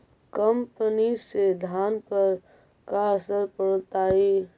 कम पनी से धान पर का असर पड़तायी?